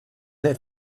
that